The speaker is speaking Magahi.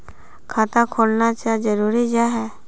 खाता खोलना चाँ जरुरी जाहा?